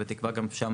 ובתקווה גם שם,